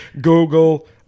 Google